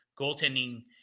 goaltending